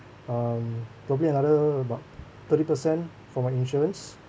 um probably another about thirty percent for my insurance